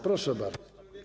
Proszę bardzo.